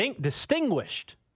Distinguished